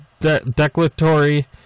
declaratory